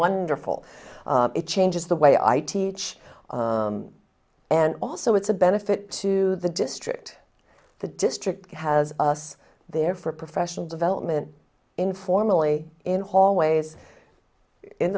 wonderful it changes the way i teach and also it's a benefit to the district the district has us there for professional development informally in hallways in